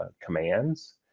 commands